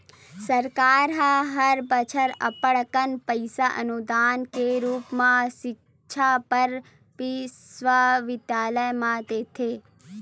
सरकार ह हर बछर अब्बड़ कन पइसा अनुदान के रुप म सिक्छा बर बिस्वबिद्यालय ल देथे